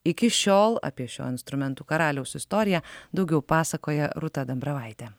iki šiol apie šio instrumentų karaliaus istoriją daugiau pasakoja rūta dambravaitė